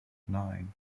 nine